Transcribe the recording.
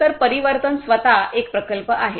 तर परिवर्तन स्वतः एक प्रकल्प आहे